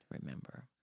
Remember